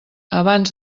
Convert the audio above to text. abans